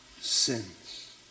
sins